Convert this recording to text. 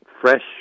fresh